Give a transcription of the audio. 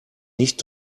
nicht